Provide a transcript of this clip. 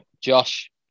Josh